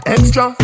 Extra